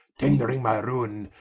tendring my ruine,